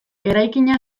eraikina